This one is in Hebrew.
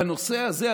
בנושא הזה,